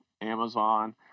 Amazon